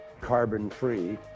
carbon-free